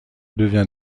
devient